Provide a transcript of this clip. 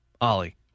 Ollie